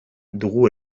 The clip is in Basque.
dugu